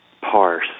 parse